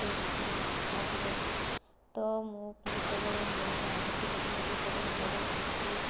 କେଶକିଙ୍ଗ ଆଦିବାସୀ ତ ମୁଁ ଯେତେବଳେ ମୁଁ ଭାବୁଥିଲି କି ମୋର ଯେତେବେଳେ ବହୁତ ଚୁଟି